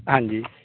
ਹਾਂਜੀ